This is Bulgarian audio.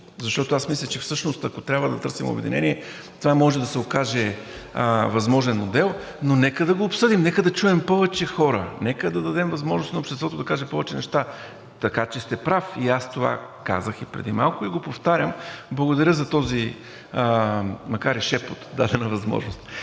Защото, мисля, че всъщност, ако трябва да търсим обединение, това може да се окаже възможен модел, но нека да го обсъдим, нека да чуем повече хора, нека да дадем възможност на обществото да каже повече неща. Така че сте прав. Това казах и преди малко и го повтарям – благодаря за тази, макар и шепот, дадена възможност.